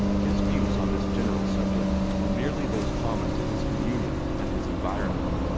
his views on this general subject were merely those common to his communion and his environment.